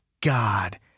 God